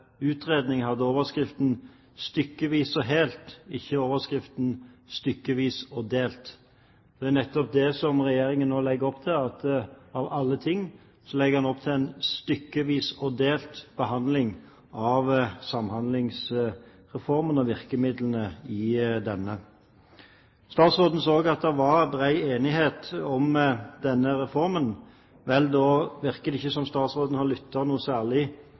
utredning hadde overskriften «Fra stykkevis til helt», ikke overskriften «Fra stykkevis til delt». Av alle ting legger Regjeringen nå opp til en stykkevis og delt behandling av Samhandlingsreformen og virkemidlene i denne. Statsråden sa også at det var bred enighet om denne reformen. Da virker det ikke som om statsråden har lyttet noe særlig